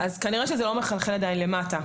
כנראה שזה לא מחלחל עדין למטה.